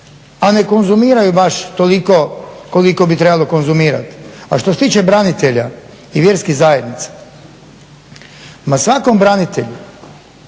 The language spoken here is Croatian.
a ne konzumiraju baš toliko koliko bi trebali konzumirat. A što se tiče branitelja i vjerskih zajednica? Ma svakom branitelju